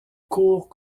cours